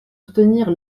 soutenir